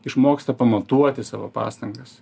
išmoksta pamatuoti savo pastangas